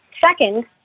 Second